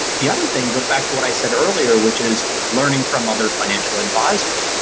the other thing goes back to what i said earlier which is learning from other financial advisors.